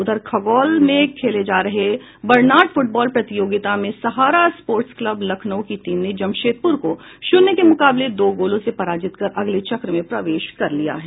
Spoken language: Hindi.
उधर खगौल में खेले जा रहे बर्नाड फुटबॉल प्रतियोगिता में सहारा स्पोर्टिंग क्लब लखनऊ की टीम ने जमशेदपुर को शून्य के मुकाबले दो गोलों से पराजित कर अगले चक्र में प्रवेश कर लिया है